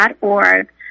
org